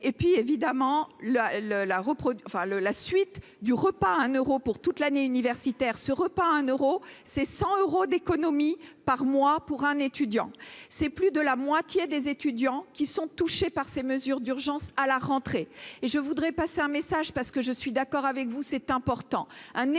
enfin le la suite du repas à un euros pour toute l'année universitaire, ce repas à 1 euros c'est cent euros d'économie par mois pour un étudiant, c'est plus de la moitié des étudiants qui sont touchés par ces mesures d'urgence à la rentrée et je voudrais passer un message, parce que je suis d'accord avec vous, c'est important,